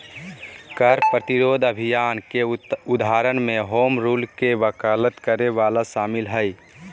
कर प्रतिरोध अभियान के उदाहरण में होम रूल के वकालत करे वला शामिल हइ